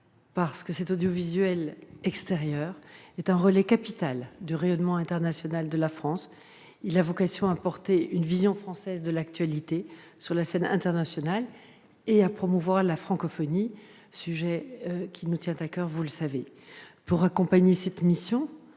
car l'audiovisuel extérieur est un relais capital du rayonnement international de la France. Il a vocation à porter une vision française de l'actualité sur la scène internationale et à promouvoir la francophonie, sujet qui nous tient à coeur, vous le savez. Pour accompagner cette mission